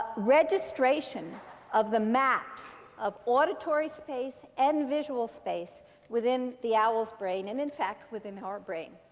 registration of the maps of auditory space and visual space within the owl's brain, and, in fact, within our brain.